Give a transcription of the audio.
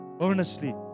earnestly